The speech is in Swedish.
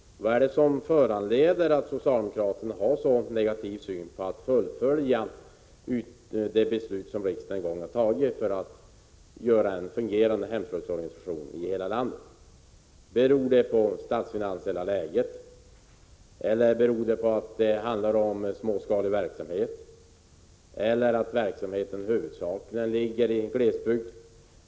Vad är det som föranleder att socialdemokraterna har en så negativ syn på att fullfölja det beslut som riksdagen en gång har fattat för att få till stånd en fungerande hemslöjdsorganisation i hela landet? Beror det på det statsfinansiella läget? Beror det på att det handlar om småskalig verksamhet? Är det att verksamheten huvudsakligen ligger i glesbygd?